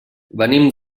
venim